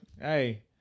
Hey